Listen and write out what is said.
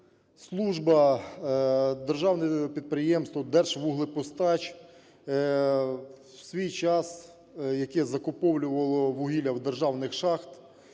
служба, Державне підприємство "Держвуглепостач", в свій час яке закуповувало вугілля в державних шахт,